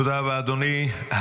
תודה רבה, אדוני.